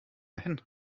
hin